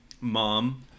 Mom